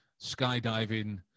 skydiving